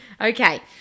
Okay